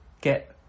get